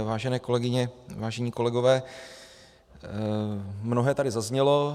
Vážené kolegyně, vážení kolegové, mnohé tady zaznělo.